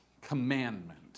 commandment